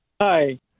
Hi